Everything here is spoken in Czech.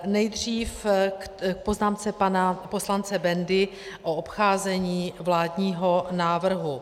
Nejdřív k poznámce pana poslance Bendy o obcházení vládního návrhu.